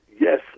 Yes